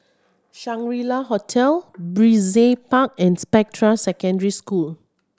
Shangri La Hotel Brizay Park and Spectra Secondary School